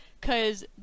cause